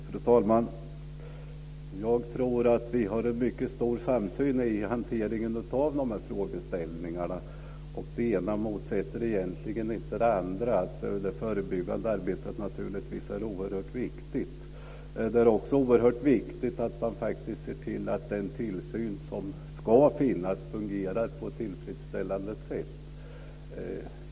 Fru talman! Jag tror att vi har en mycket stor samsyn när det gäller hanteringen av dessa frågeställningar. Det ena utesluter egentligen inte det andra. Det förebyggande arbetet är naturligtvis oerhört viktigt. Det är också oerhört viktigt att man ser till att den tillsyn som ska finnas fungerar på ett tillfredsställande sätt.